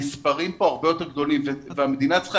המספרים כאן הרבה יותר גדולים והמדינה צריכה